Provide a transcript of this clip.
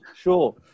Sure